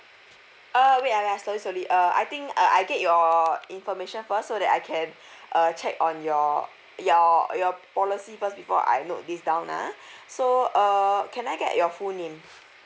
ah wait ah wait ah sorry sorry uh I think uh I I get your information first so that I can uh check on your your your policy first before I note this down ah so err can I get your full name